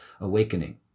awakening